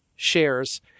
shares